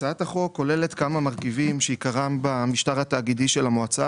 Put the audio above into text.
הצעת החוק כוללת כמה מרכיבים שעיקרם במשטר התאגידי של המועצה,